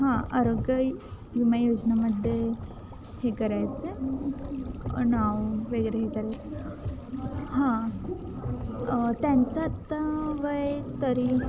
हां आरोग्य विमा योजनामध्ये हे करायचं आहे नाव वगैरे हे करायचं हां त्यांचं आत्ता वय तरी